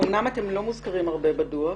אמנם אתם לא מוזכרים הרבה בדוח,